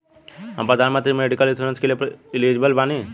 हम प्रधानमंत्री medical insurance के लिए एलिजिबल बानी?